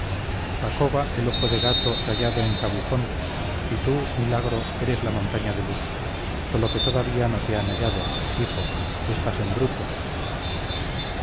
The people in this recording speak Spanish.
jacoba el ojo de gato tallado en cabujón y tú milagro eres la montaña de luz sólo que todavía no te han tallado hijo estás en bruto